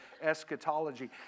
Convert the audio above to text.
eschatology